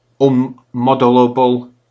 unmodelable